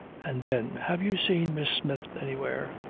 and then have you seen miss smith anywhere?